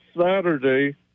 Saturday